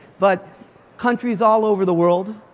but countries all over the world.